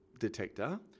detector